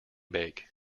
bake